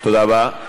תודה רבה.